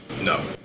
No